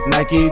Nike